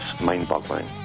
mind-boggling